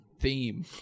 theme